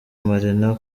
marina